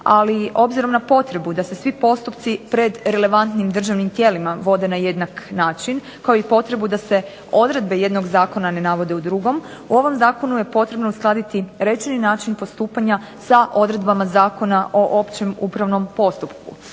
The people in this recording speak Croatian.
ali obzirom na potrebu da se svi postupci pred relevantnim državnim tijelima vode na jednak način kao i potrebu da se odredbe jednog zakona ne navode u drugom, u ovom zakonu je potrebno uskladiti rečeni način postupanja sa odredbama Zakona o općem upravnom postupku.